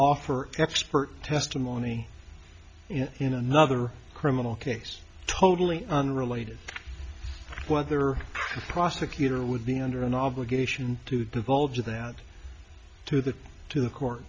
offer expert testimony in another criminal case totally unrelated whether the prosecutor would be under an obligation to divulge them to the to the court